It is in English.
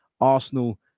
Arsenal